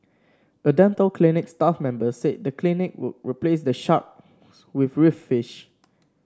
a dental clinic staff member said the clinic would replace the shark with reef fish